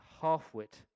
half-wit